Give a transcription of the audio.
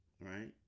right